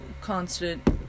constant